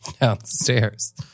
downstairs